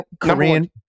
korean